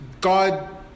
God